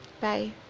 bye